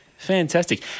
Fantastic